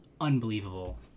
unbelievable